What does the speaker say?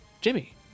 Jimmy